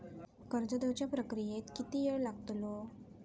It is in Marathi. कर्ज देवच्या प्रक्रियेत किती येळ लागतलो?